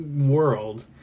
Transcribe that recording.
world